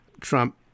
Trump